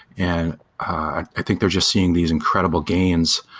and i think they're just seeing these incredible gains.